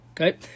okay